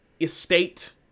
estate